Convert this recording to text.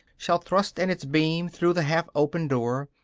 shall thrust in its beam through the half-open door,